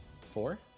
Four